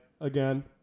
again